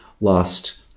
lost